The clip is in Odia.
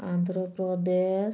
ଆନ୍ଧ୍ରପ୍ରଦେଶ